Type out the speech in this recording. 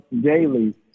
daily